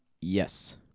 Yes